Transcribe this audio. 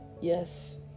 yes